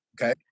okay